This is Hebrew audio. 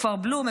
מכפר בלום,